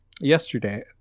yesterday